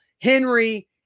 Henry